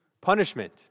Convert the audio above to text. punishment